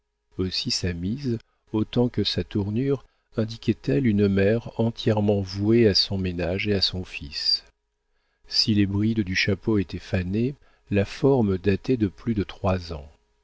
aussi sa mise autant que sa tournure indiquait elle une mère entièrement vouée à son ménage et à son fils si les brides du chapeau étaient fanées la forme datait de plus de trois ans